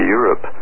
Europe